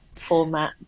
format